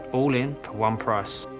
all in, for one price.